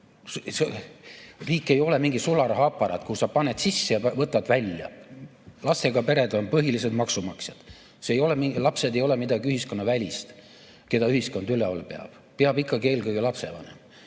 Riik ei ole mingi sularahaaparaat, kuhu sa paned sisse ja võtad sealt välja. Lastega pered on põhilised maksumaksjad. Lapsed ei ole midagi ühiskonnavälist, keda ühiskond üleval peab. Üleval peab teda ikkagi eelkõige lapsevanem,